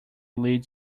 lead